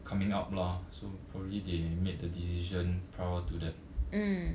coming up lah so probably they made the decision prior to the